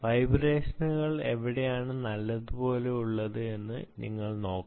വൈബ്രേഷനുകൾ എവിടെയാണ് നല്ലതുപോലെ ഉള്ളത് എന്ന് നിങ്ങൾ നോക്കണം